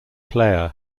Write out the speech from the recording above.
player